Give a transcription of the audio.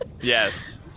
yes